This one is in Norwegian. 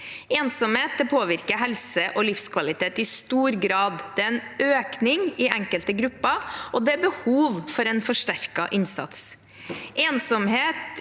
Ensomhet påvirker helse og livskvalitet i stor grad. Det er en økning i enkelte grupper, og det er behov for en forsterket innsats.